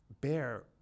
bear